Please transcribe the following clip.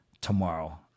tomorrow